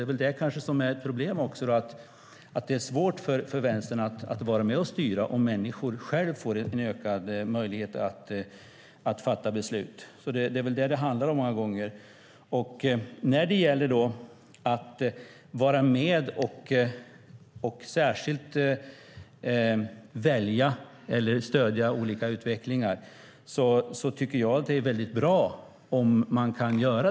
Problemet för Vänstern är kanske att det är svårt att styra om människor själva får ökad möjlighet att fatta beslut. Det är väl det som det handlar om många gånger. Det är väldigt bra om man kan vara med och särskilt välja eller stödja olika utvecklingar.